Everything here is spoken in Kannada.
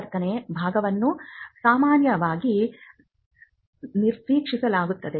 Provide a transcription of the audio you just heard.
ಪರಿವರ್ತನೆ ಭಾಗವನ್ನು ಸಾಮಾನ್ಯವಾಗಿ ನಿರ್ಲಕ್ಷಿಸಲಾಗುತ್ತದೆ